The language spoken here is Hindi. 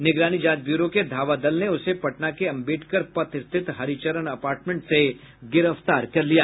निगरानी जांच ब्यूरो के धावा दल ने उसे पटना के अंबेडकर पथ स्थित हरिचरण अपार्टमेंट से गिरफ्तार कर लिया